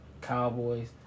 Cowboys